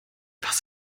was